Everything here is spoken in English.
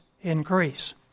increase